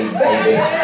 baby